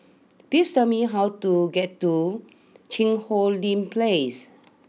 please tell me how to get to Cheang Hong Lim place